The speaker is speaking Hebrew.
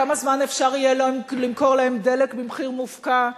כמה זמן אפשר יהיה למכור להם דלק במחיר מופקע תוך,